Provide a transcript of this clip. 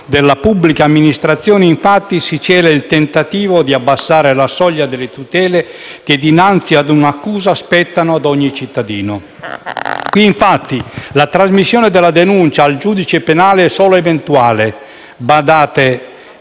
della pubblica amministrazione, infatti, si cela il tentativo di abbassare la soglia delle tutele che, dinanzi a un'accusa, spettano a ogni cittadino. In questa fattispecie, infatti, la trasmissione della denuncia al giudice penale è solo eventuale: badate